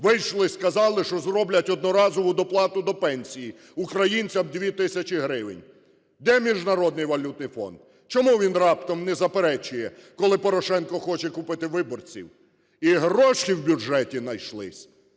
вийшли і сказали, що зроблять одноразову доплату до пенсії українцям 2 тисячі гривень? Де Міжнародний валютний фонд? Чому він раптом не заперечує, коли Порошенко хоче купити виборців? І гроші в бюджеті найшлись.